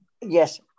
yes